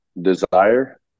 desire